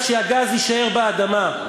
אז שהגז יישאר באדמה.